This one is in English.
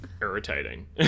irritating